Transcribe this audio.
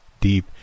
Deep